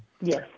Yes